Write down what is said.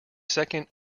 second